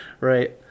Right